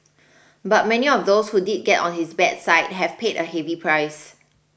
but many of those who did get on his bad side have paid a heavy price